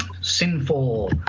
sinful